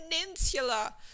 peninsula